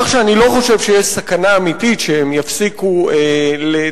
כך שאני לא חושב שיש סכנה אמיתית שהם יפסיקו לטפל